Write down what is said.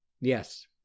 yes